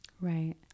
Right